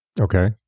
okay